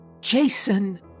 Jason